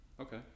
Okay